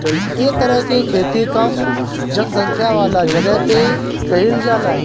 ए तरह के खेती कम जनसंख्या वाला जगह पे कईल जाला